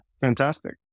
Fantastic